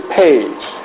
page